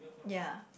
ya